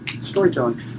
storytelling